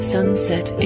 Sunset